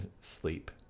sleep